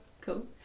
Cool